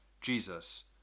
Jesus